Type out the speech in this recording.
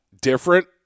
different